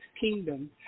kingdom